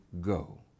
go